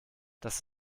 das